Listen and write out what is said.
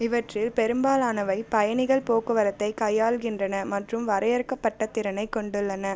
இவற்றில் பெரும்பாலானவை பயணிகள் போக்குவரத்தை கையாள்கின்றன மற்றும் வரையறுக்கப்பட்ட திறனைக் கொண்டுள்ளன